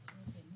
איזה אחוז?